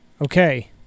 okay